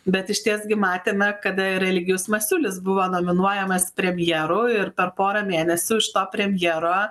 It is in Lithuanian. bet išties gi matėme kada ir eligijus masiulis buvo nominuojamas premjeru ir per porą mėnesių iš to premjero